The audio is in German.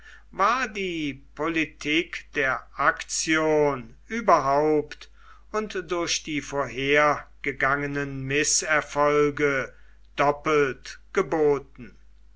war die politik der aktion überhaupt und durch die vorhergegangenen mißerfolge doppelt geboten